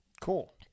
Cool